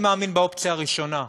אני מאמין באופציה הראשונה.